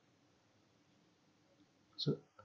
so